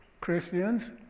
Christians